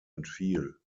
entfiel